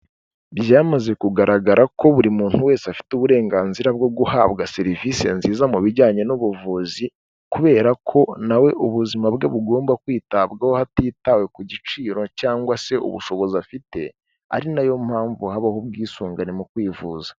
Byamaze kugaragara ko buri muntu wese afite uburenganzira bwo guhabwa serivisi nziza mu bijyanye n'ubuvuzi kubera ko nawe ubuzima bwe bugomba kwitabwaho hatitawe ku giciro cyangwa se ubushobozi afite ari nayo mpamvu habaho ubwisungane mu kwivuza.